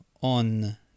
on